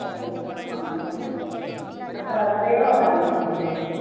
सत्यं आं सत्यं अत्र तदेव वदामः महोदय